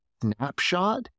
snapshot